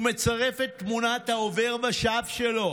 הוא מצרף את תמונת העובר ושב שלו,